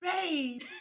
Babe